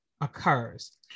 occurs